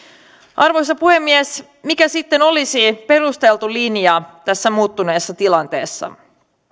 arvoisa puhemies mikä sitten olisi perusteltu linja tässä muuttuneessa tilanteessa